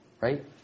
Right